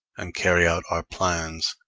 and carry out our plans.